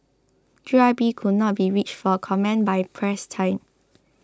G Y P could not be reached for comment by press time